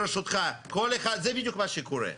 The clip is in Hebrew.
ברשותך, כל אחד, זה בדיוק מה שקורה.